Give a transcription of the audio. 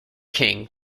king